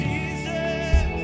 Jesus